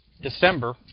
December